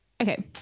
okay